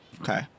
Okay